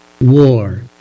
war